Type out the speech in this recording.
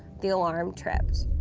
the alarm tripped,